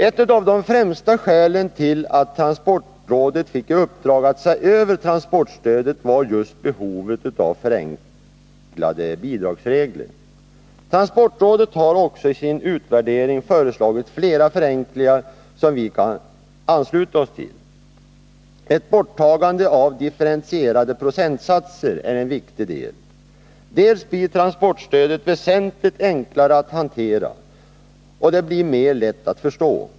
Ett av de främsta skälen till att transportrådet fick i uppdrag att se över transportstödet var just behovet av förenklade bidragsregler. Transportrådet har också i sin utvärdering föreslagit flera förenklingar, som vi ansluter oss till. Ett borttagande av differentierade procentsatser är en viktig del. Dels blir transportstödet väsentligt enklare att hantera, dels blir det mera lätt att förstå.